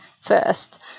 first